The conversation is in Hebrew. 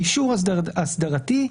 "אישור אסדרתי"